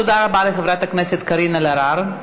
תודה רבה לחברת הכנסת קארין אלהרר,